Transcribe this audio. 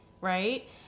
Right